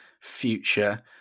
future